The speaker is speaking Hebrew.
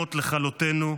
המאיימות לכלותנו.